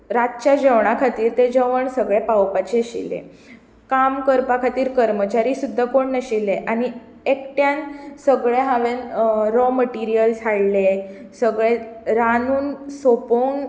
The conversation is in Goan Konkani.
रातच्या जेवणा खातीर तें सगलें जेवण पावोवपाचें आशिल्लें काम करपा खातीर कर्मचारी सुद्दां कोण नाशिल्ले आनी एकट्यान सगलें हांवेन रो मटेरियल्स हाडलें सगलें रांदून सोंपोवन